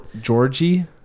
Georgie